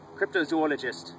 cryptozoologist